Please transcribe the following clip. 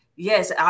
Yes